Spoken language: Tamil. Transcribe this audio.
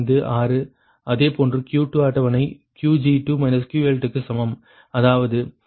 அதேபோன்று Q2 அட்டவணை Qg2 QL2 க்கு சமம் அதாவது 30 140